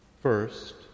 First